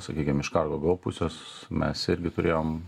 sakykim iš kargo gou pusės mes irgi turėjom